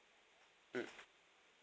mm